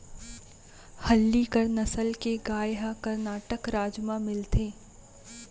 हल्लीकर नसल के गाय ह करनाटक राज म मिलथे